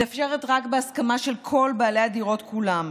משותפים מתאפשרת רק בהסכמה של כל בעלי הדירות כולם.